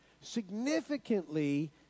significantly